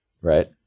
right